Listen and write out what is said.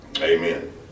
Amen